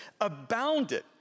abounded